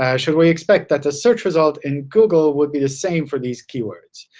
ah should we expect that the search result in google would be the same for these keywords?